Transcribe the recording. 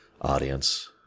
audience